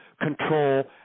control